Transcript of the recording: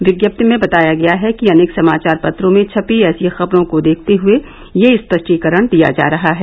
विज्ञप्ति में बताया गया है कि अनेक समाचार पत्रों में छपी ऐसी खबरों को देखते हुए ये स्पष्टीकरण दिया जा रहा है